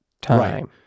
time